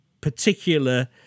particular